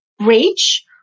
reach